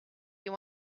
you